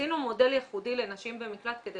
עשינו מודל ייחודי לנשים במקלט כדי